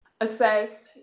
Assess